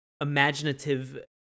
imaginative